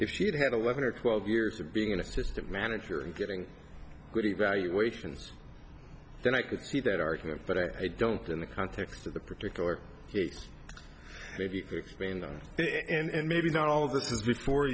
if she had eleven or twelve years of being an assistant manager and getting good evaluations then i could see that argument but i don't in the context of the particular case maybe explain it and maybe not all of this is before